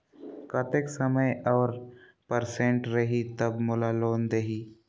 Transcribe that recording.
कतेक समय और परसेंट रही तब मोला लोन देही?